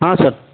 ಹಾಂ ಸರ್